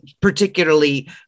particularly